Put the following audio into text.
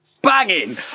Banging